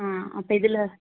ஆ அப்போ இதில்